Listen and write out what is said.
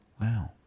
Wow